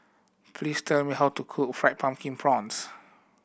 please tell me how to cook Fried Pumpkin Prawns